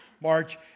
March